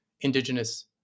indigenous